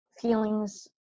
feelings